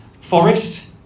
Forest